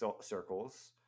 circles